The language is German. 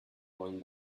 wollen